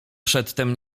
przedtem